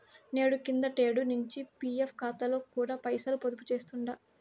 నేను కిందటేడు నించి పీఎఫ్ కాతాలో కూడా పైసలు పొదుపు చేస్తుండా